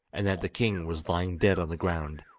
and that the king was lying dead on the ground,